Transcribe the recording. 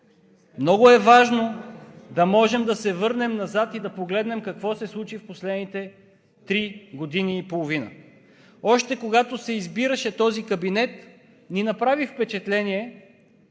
Много е важно да можем да се върнем назад и да погледнем какво се случи в последните три години и половина. Още когато се избираше този кабинет, ни направи впечатление,